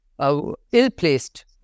ill-placed